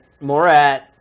Morat